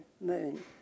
moon